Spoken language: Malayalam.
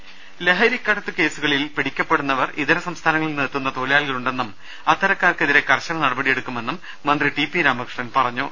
ദേദ ലഹരിക്കടത്തുകേസുകളിൽ പിടിക്കപ്പെടുന്നവരിൽ ഇതര സംസ്ഥാനങ്ങളിൽ നിന്നും എത്തുന്ന തൊഴിലാളികളുണ്ടെന്നും അത്തരക്കാർക്കെതിരെ കർശന നടപടിയെടുക്കുമെന്നും മന്ത്രി ടി പി രാമക്യഷ്ണൻ പറഞ്ഞു